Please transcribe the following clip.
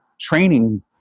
training